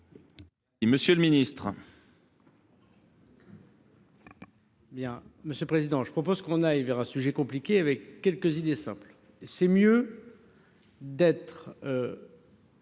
Monsieur le ministre,